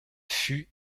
fut